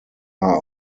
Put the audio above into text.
are